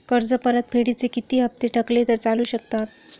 कर्ज परतफेडीचे किती हप्ते थकले तर चालू शकतात?